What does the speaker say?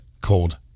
called